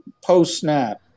post-snap